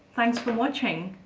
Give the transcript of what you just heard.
thanks for watching!